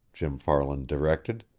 jim farland directed.